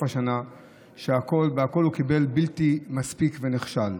השנה כשבכול הוא קיבל בלתי מספיק ונכשל,